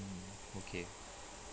mm okay